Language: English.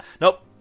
Nope